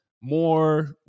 more